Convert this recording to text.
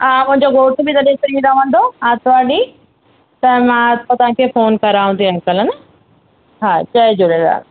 हा मुंहिंजो घोट बि तॾहिं फ्री रहंदो आरितवारु ॾींहं त मां पोइ तव्हांखे फोन करांव थी अंकल हा न हा जय झूलेलाल